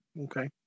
Okay